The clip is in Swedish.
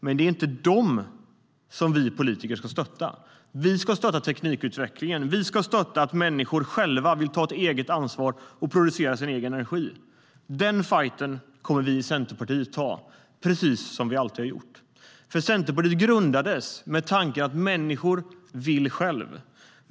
Men det är inte dem vi politiker ska stötta, utan vi ska stötta teknikutvecklingen och att människor själva vill ta ansvar och producera sin egen energi. Den fajten kommer vi i Centerpartiet att ta, precis som vi alltid har gjort. Centerpartiet grundades nämligen i tanken att människor vill själva.